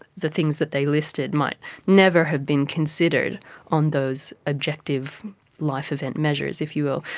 the things that they listed might never have been considered on those objective life event measures, if you will.